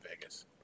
Vegas